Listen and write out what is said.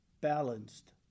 Balanced